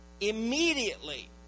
Immediately